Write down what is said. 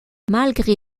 malgré